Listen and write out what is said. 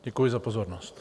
Děkuji za pozornost.